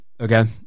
Okay